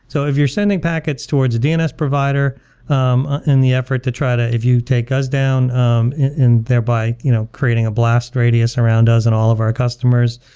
so if you're sending packets towards dns provider um in the effort to try to if you take us down um and thereby you know creating a blast radius around us and all of our customers,